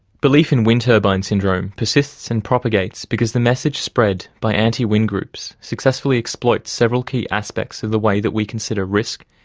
belief in wind turbine syndrome persists and propagates because the message spread by anti-wind groups successfully exploits several key aspects of the way that we consider risk,